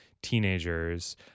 teenagers